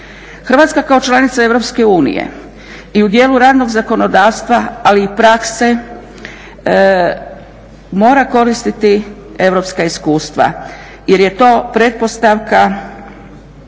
Hrvatska kao članica EU i u dijelu radnog zakonodavstva, ali i prakse mora koristiti europska iskustva jer je to pretpostavka